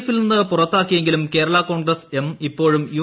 എഫിൽനിന്ന് പുറത്താക്കിയെങ്കിലും കേരള കോൺഗ്രസ് എം ഇപ്പോഴും യു